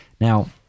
Now